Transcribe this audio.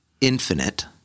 Infinite